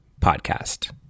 PODCAST